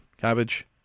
cabbage